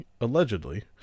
allegedly